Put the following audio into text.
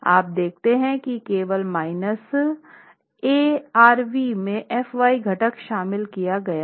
आप देखते हैं कि केवल माइनस A rv में fy घटक शामिल किया गया है